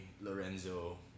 Lorenzo